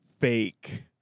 fake